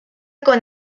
con